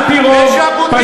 על-פי רוב, תתבייש.